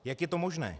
Jak je to možné?